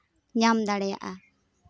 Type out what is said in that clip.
ᱧᱟᱢ ᱫᱟᱲᱮᱭᱟᱜᱼᱟ